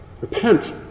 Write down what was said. Repent